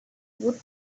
woot